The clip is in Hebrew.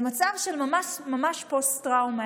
למצב של ממש ממש פוסט-טראומה.